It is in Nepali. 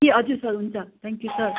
ए हजुर सर हुन्छ थ्याङ्क्यु सर